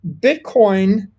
bitcoin